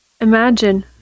Imagine